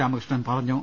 രാമകൃഷ്ണൻ പറഞ്ഞു